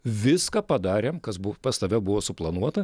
viską padarėm kas pas tave buvo suplanuota